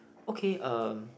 okay um